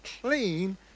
clean